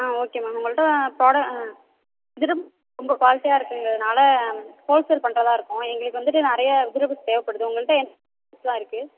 ஆ okay ma'am உங்கள்கிட்ட ப்ரோட vegetable ரொம்ப குவால்ட்டியாக இருக்கங்கறதுனால ஹோல்சேல் பண்றதா இருக்கோம் எங்களுக்கு வந்துட்டு நிறைய வெஜிடேபுள்ஸ் தேவைப்படுது உங்கள்கிட்ட லா இருக்குது